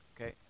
Okay